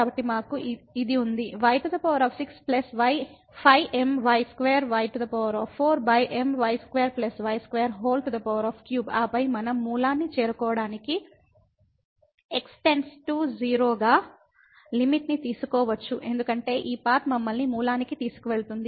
కాబట్టి మాకు ఇది ఉంది y65my2y4my2 y23 ఆపై మనం మూలాన్ని చేరుకోవడానికి x → 0 గా లిమిట్ ని తీసుకోవచ్చు ఎందుకంటే ఈ పాత్ మమ్మల్ని మూలానికి తీసుకువెళుతుంది